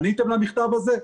עניתם למכתב הזה?